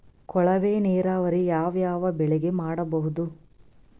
ಕೊಳವೆ ನೀರಾವರಿ ಯಾವ್ ಯಾವ್ ಬೆಳಿಗ ಮಾಡಬಹುದು?